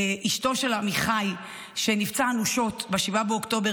אשתו של עמיחי שנפצע אנושות ב-7 באוקטובר